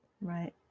Right